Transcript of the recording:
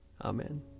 Amen